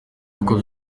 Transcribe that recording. kuko